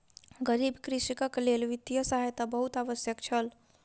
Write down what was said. गरीब कृषकक लेल वित्तीय सहायता बहुत आवश्यक छल